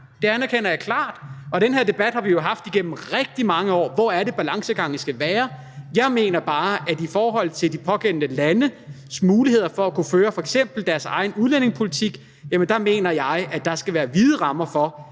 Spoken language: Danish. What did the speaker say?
det anerkender jeg klart – og den her debat har vi jo haft igennem rigtig mange år: Hvor er det, balancegangen skal være? Jeg mener bare, at der i forhold til de pågældende landes muligheder for at kunne føre f.eks. deres egen udlændingepolitik, skal være vide rammer for,